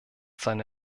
seine